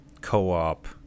co-op